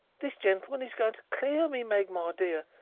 this gentleman is going to clear me, meg, my dear,